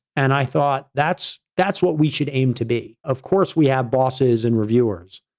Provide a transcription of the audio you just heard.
and i thought that's, that's what we should aim to be. of course, we have bosses and reviewers.